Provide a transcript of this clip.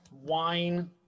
wine